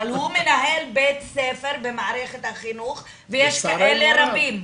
אבל הוא מנהל בית ספר במערכת החינוך ויש כאלה רבים.